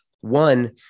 One